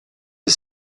est